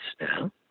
now